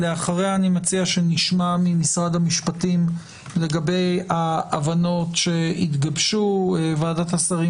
אחריה נשמע את משרד המשפטים לגבי ההבנות שהתגבשו ועדת השרים